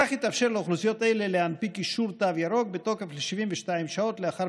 כך יתאפשר לאוכלוסיות האלה להנפיק אישור תו ירוק בתוקף ל-72 שעות לאחר